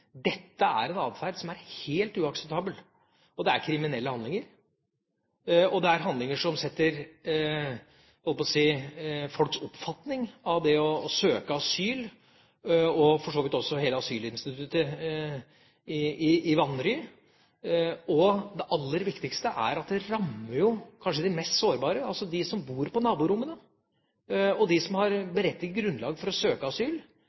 dette er en atferd som er helt uakseptabel. Det er kriminelle handlinger, og det er handlinger som setter folks oppfatning av for så vidt hele asylinstituttet i vanry. Og det aller viktigste er at det rammer jo kanskje de mest sårbare, altså de som bor på naborommet, og de som har berettiget grunnlag for å søke asyl.